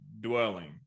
dwelling